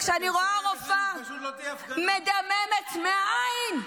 וכשאני רואה רופאה מדממת מהעין -- עזבי.